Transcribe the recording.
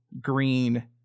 green